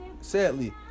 sadly